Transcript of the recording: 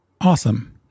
Awesome